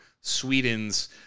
Sweden's